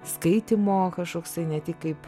skaitymo kažkoksai ne tik kaip